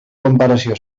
comparació